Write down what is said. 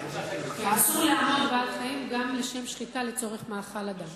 אסור לענות בעל-חיים גם לשם שחיטה לצורך מאכל אדם.